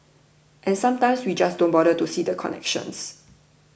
and sometimes we just don't bother to see the connections